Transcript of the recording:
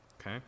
Okay